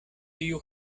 tiu